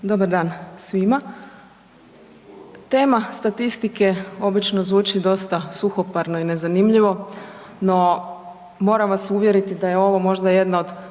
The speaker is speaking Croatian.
Dobar dan svima. Tema statistike obično zvuči dosta suhoparno i nezanimljivo, no moram vas uvjeriti da je ovo možda jedna od